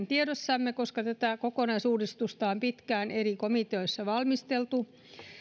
tiedossamme koska tätä kokonaisuudistusta on pitkään eri komiteoissa valmisteltu